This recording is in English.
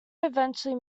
eventually